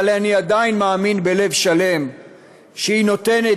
אבל אני עדיין מאמין בלב שלם שהיא נותנת